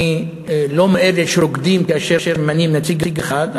אני לא מאלה שרוקדים כאשר ממנים נציג אחד,